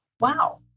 wow